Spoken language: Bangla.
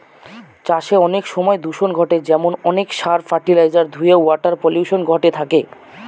চাষে অনেক সময় দূষন ঘটে যেমন অনেক সার, ফার্টিলাইজার ধূয়ে ওয়াটার পলিউশন ঘটে থাকে